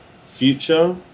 future